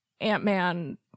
Ant-Man